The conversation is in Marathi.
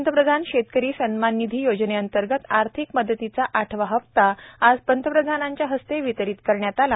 पंतप्रधान शेतकरी सन्मान निधी योजने अंतर्गत आर्थिक मदतीचा आठवा हप्ता आज पंतप्रधानांच्या हस्ते वितरीत करण्यात आला